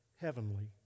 heavenly